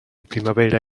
primavera